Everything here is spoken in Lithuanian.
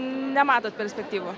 nematot perspektyvų